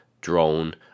drone